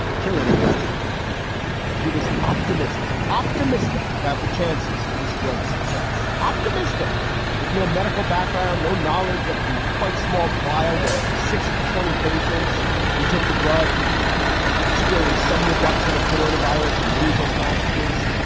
kill anybody but he was optimistic, optimistic about the chances of this drug success, optimistic with no medical background, no knowledge of the quite small trial where i think six of the twenty patients who took the drug experienced some reduction of corona virus in nasal passages.